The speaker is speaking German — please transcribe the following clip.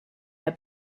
der